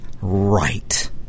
right